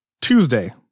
Tuesday